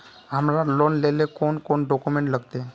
हमरा लोन लेले कौन कौन डॉक्यूमेंट लगते?